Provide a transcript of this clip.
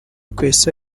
kwesa